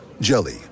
Jelly